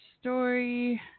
story